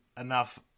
enough